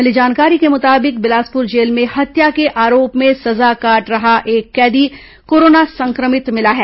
मिली जानकारी के मुताबिक बिलासपुर जेल में हत्या के आरोप में सजा काट रहा एक कैदी कोरोना संक्रमित मिला है